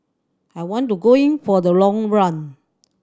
I want to go in for the long run